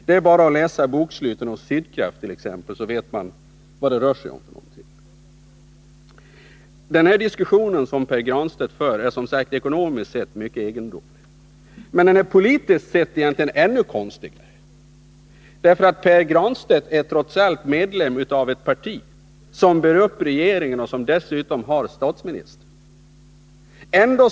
Det är bara att läsa boksluten hos t.ex. Sydkraft, så vet man vad det rör sig om. Den diskussion som Pär Granstedt för är som sagt ekonomiskt sett mycket egendomlig. Men politiskt sett är den egentligen ännu konstigare. Pär Granstedt är trots allt medlem av ett parti som bär upp regeringen och som dessutom har statsministerposten.